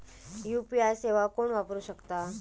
UPI सेवा कोण वापरू शकता?